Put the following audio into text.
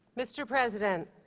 mr. president,